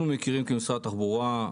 משרד התחבורה,